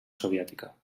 soviètica